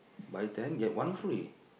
buy ten get one free